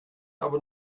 aber